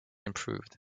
improved